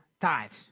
tithes